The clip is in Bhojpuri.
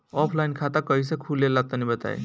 ऑफलाइन खाता कइसे खुलेला तनि बताईं?